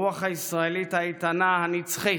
הרוח הישראלית האיתנה, הנצחית,